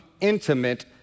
intimate